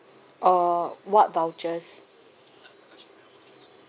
uh what vouchers